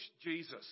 Jesus